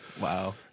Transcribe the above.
wow